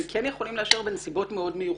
כן יכולים לאשר בנסיבות מאוד מיוחדות,